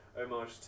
homage